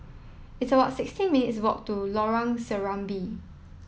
it's about sixteen minutes' walk to Lorong Serambi